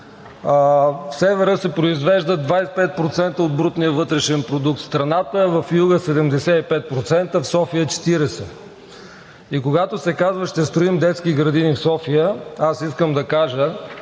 В Севера се произвеждат 25% от брутния вътрешен продукт в страната, а в Юга – 75%, в София – 40%. И когато се казва: ще строим детски градини в София, аз искам да кажа